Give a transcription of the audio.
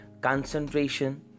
Concentration